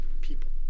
people